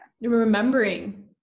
remembering